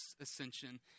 ascension